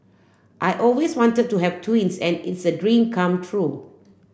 I always wanted to have twins and it's a dream come true